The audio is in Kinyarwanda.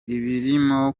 ibirimo